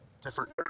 Different